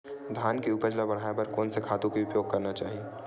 धान के उपज ल बढ़ाये बर कोन से खातु के उपयोग करना चाही?